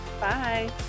Bye